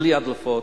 בלי הדלפות,